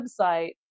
website